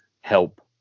help